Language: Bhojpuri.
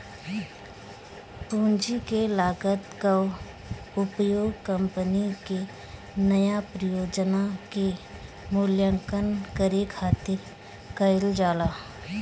पूंजी के लागत कअ उपयोग कंपनी के नया परियोजना के मूल्यांकन करे खातिर कईल जाला